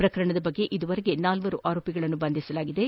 ಪ್ರಕರಣ ಕುರಿತಂತೆ ಈವರೆಗೆ ನಾಲ್ವರು ಆರೋಪಿಗಳನ್ನು ಬಂಧಿಸಲಾಗಿದ್ದು